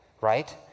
right